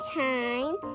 time